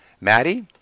Maddie